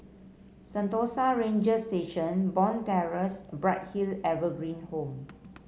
Sentosa Ranger Station Bond Terrace and Bright Hill Evergreen Home